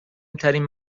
ترین